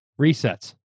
resets